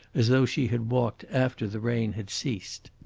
as though she had walked after the rain had ceased.